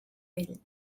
pell